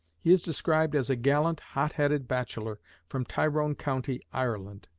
he is described as a gallant, hot-headed bachelor, from tyrone county, ireland.